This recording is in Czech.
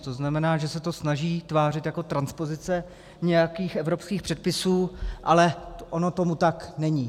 To znamená, že se to snaží tvářit jako transpozice nějakých evropských předpisů, ale ono tomu tak není.